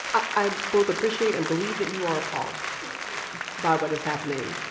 i both appreciate and believe that you are appalled by what is happening.